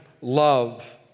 love